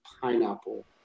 Pineapple